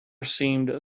seemed